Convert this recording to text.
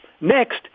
Next